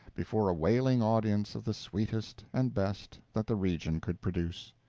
before a wailing audience of the sweetest and best that the region could produce.